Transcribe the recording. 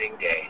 day